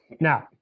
Now